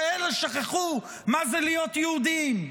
שאלה שכחו מה זה להיות יהודים,